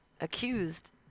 Accused